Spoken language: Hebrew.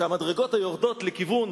שהמדרגות היורדות לכיוון